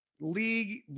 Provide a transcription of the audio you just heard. league